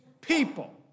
people